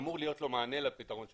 אמור להיות לו מענה לפתרון שלו.